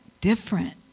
different